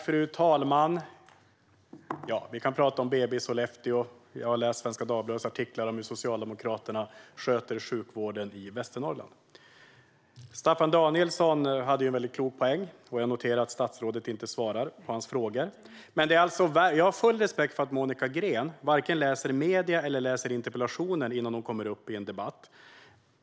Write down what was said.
Fru talman! Vi kan tala om BB i Sollefteå. Jag har läst Svenska Dagbladets artiklar om hur Socialdemokraterna sköter sjukvården i Västernorrland. Staffan Danielsson hade en mycket klok poäng, och jag noterade att statsrådet inte svarade på hans frågor. Jag har full respekt för att Monica Green varken läser i medierna eller interpellationer innan hon deltar i en debatt.